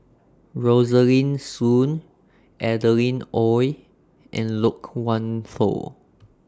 Rosaline Soon Adeline Ooi and Loke Wan Tho